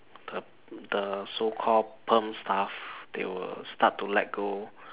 the the so call perm staff they will start to let go